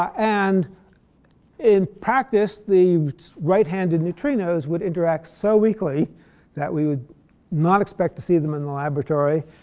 and in practice, the right-handed neutrinos would indirect so weakly that we would not expect to see them in the laboratory.